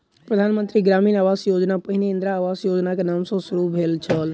प्रधान मंत्री ग्रामीण आवास योजना पहिने इंदिरा आवास योजनाक नाम सॅ शुरू भेल छल